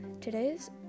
Today's